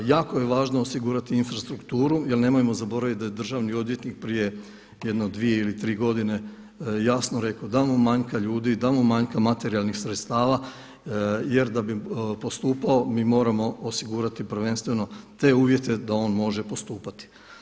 Jako je važno osigurati infrastrukturu jer nemojmo zaboraviti da je državni odvjetnik prije jedno 2 ili 3 godine jasno rekao da mu manjka ljudi, da mu manjka materijalnih sredstava jer da bi postupao mi moramo osigurati prvenstveno te uvjete da on može postupati.